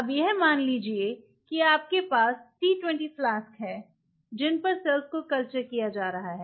अब यह मान लीजिए कि आपके पास T20 फ्लास्क हैं जिन पर सेल्स को कल्चर किया जा रहा है